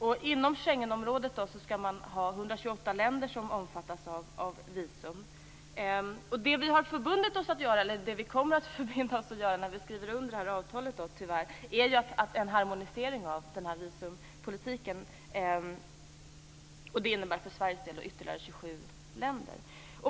Inom Schengenområdet skall 128 länder omfattas av visumtvång. Det som vi kommer att förbinda oss till när vi skriver under avtalet, tyvärr, är en harmonisering av visumpolitiken. Det innebär för Sveriges del ytterligare 27 länder.